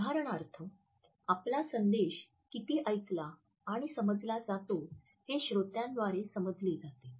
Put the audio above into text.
उदाहरणार्थ आपला संदेश किती ऐकला आणि समजला जातो हे श्रोत्याद्वारे समजले जाते